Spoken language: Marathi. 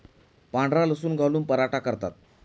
पांढरा लसूण घालून पराठा करतात